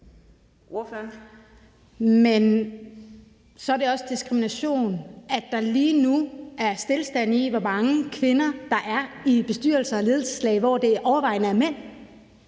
(M): Så er det også diskrimination, at der lige nu er stilstand i, hvor mange kvinder der er i bestyrelser og ledelseslag, hvor der overvejende er mænd.